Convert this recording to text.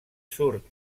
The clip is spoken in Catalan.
surt